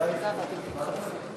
ראש הממשלה נתקבלה.